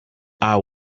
our